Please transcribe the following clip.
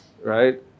right